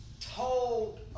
told